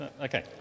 Okay